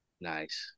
Nice